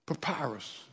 Papyrus